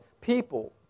people